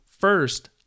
First